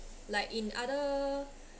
like in other